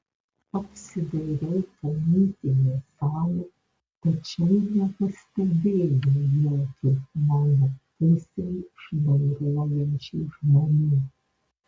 apsidairiau po muitinės salę tačiau nepastebėjau jokių mano pusėn šnairuojančių žmonių